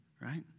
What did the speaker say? right